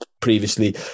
previously